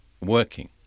working